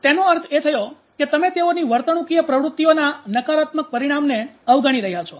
આમ તેનો અર્થ એ થયો કે તમે તેઓની વર્તણૂકીય પ્રવૃત્તિઓના નકારાત્મક પરિણામને અવગણી રહ્યા છો